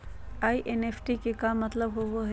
NEFT के का मतलव होव हई?